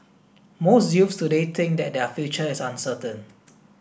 most youths today think that their future is uncertain